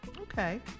okay